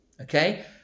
okay